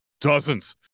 dozens